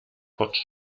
potch